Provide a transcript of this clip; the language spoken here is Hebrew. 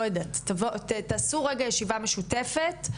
לא יודעת, תעשו רגע, ישיבה משותפת.